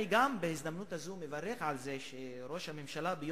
אני בהזדמנות הזאת גם מברך על זה שראש הממשלה לא